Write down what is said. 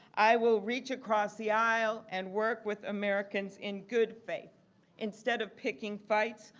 i will reach across the aisle and work with americans in good faith instead of picking fights.